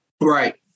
Right